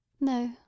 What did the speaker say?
No